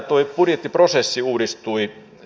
tuo budjettiprosessi uudistui